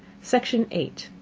section eight.